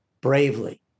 bravely